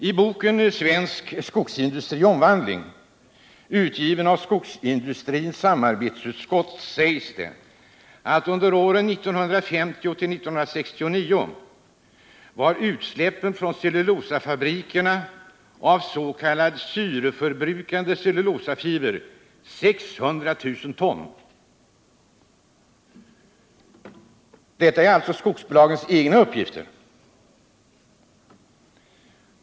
I boken Svensk skogsindustri i omvandling, utgiven av Skogsindustriernas samarbetsutskott, sägs det att under åren 1950-1969 var utsläppen från cellulosafabrikerna av s.k. syreförbrukande cellulosafiber 600 000 ton. Detta är alltså skogsbolagens egna uppgifter.